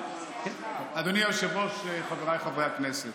אדוני היושב-ראש, חבריי חברי הכנסת,